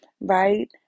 right